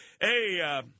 Hey